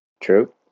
true